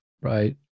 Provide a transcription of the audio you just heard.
Right